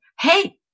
hey